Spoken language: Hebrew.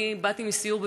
אני באתי מסיור בבית-שמש,